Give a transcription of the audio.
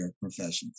professions